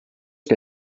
que